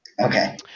Okay